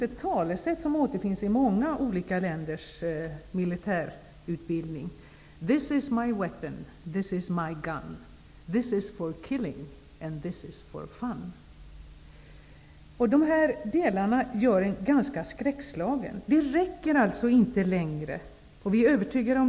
Ett talesätt återfinns i många olika länders militärutbildning: ''This is my weapon, this is my gun. This is for killing and this is for fun.'' Det gör en skräckslagen.